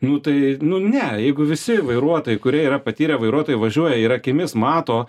nu tai nu ne jeigu visi vairuotojai kurie yra patyrę vairuotojai važiuoja ir akimis mato